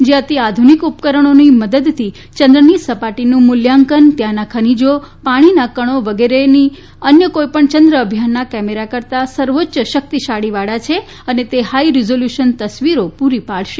જે અતિ આધુનિક ઉપકરણોની મદદથી ચંદ્રની સપાટીનું મૂલ્યાંકન ત્યાંના ખનીજા પાણીના કણો વગેરેની અન્ય કોઇપણ ચંદ્ર અભિયાનના કેમેરા કરતાં સર્વોચ્ય શક્તિવાળા છે અને તે હાઇ રીસોલ્યુશન તસવીરો પૂરી પાડશે